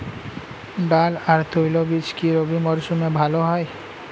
ডাল আর তৈলবীজ কি রবি মরশুমে ভালো হয়?